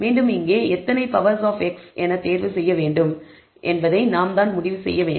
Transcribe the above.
மீண்டும் இங்கே எத்தனை பவர்ஸ் ஆப் x தேர்வு செய்ய வேண்டும் என்பதை நாம் முடிவு செய்ய வேண்டும்